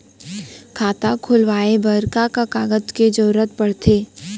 खाता खोलवाये बर का का कागज के जरूरत पड़थे?